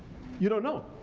you don't know.